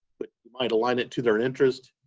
but you might align it to their interest,